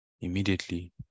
immediately